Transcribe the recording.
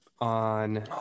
on